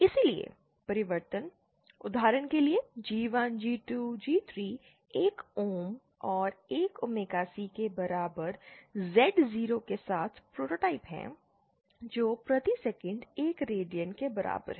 इसलिए परिवर्तन उदाहरण के लिए G1 G2 G3 1 ओम और 1 ओमेगा C के बराबर Z0 के साथ प्रोटोटाइप हैं जो प्रति सेकंड 1 रेडियन के बराबर हैं